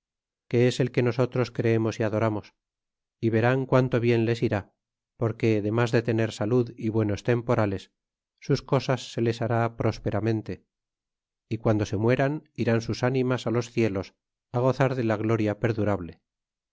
que es el que nosotros creemos y adoramos y verán cuanto bien les irá porque domas de tener salud y buenos temporales sus cosas se les hará prósperamente y cuando se mueran irán sus ánimas á los cielos gozar de la gloria perdurable